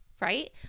right